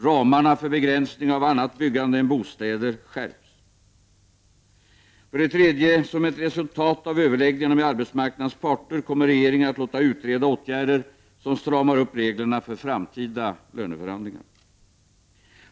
Ramarna för begränsning av annat byggande än av bostäder skärps. Som ett resultat av överläggningarna med arbetsmarknadens parter kommer regeringen för det tredje att låta utreda åtgärder som stramar upp reglerna för framtida löneförhandlingar.